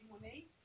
money